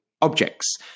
objects